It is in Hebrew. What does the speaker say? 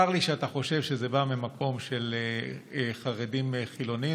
צר לי שאתה חושב שזה בא ממקום של חרדים חילונים.